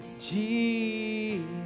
Jesus